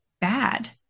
bad